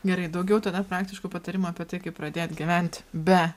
gerai daugiau tada praktiškų patarimų apie tai kaip pradėt gyvent be